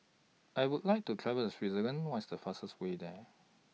I Would like to travel to Switzerland What's The fastest Way There